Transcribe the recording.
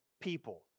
people